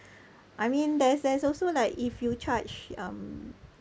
I mean there's there's also like if you charge um